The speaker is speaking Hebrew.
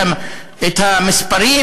את המספרים.